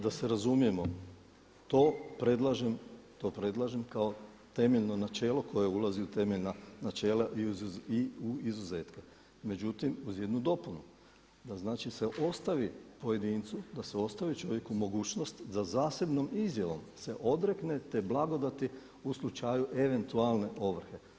Da se razumijemo, to predlažem kao temeljno načelo koja ulazi u temeljna načela i u izuzetke, međutim uz jednu dopunu naznači da se ostavi pojedincu da se ostavi čovjeku mogućnost za zasebnom izjavom se odrekne te blagodati u slučaju eventualne ovrhe.